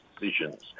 decisions